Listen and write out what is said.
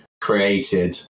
created